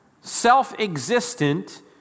self-existent